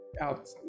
out